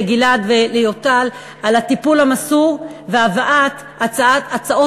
לגלעד ולאורטל על הטיפול המסור בהבאת הצעות